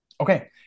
Okay